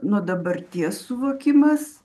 nuo dabarties suvokimas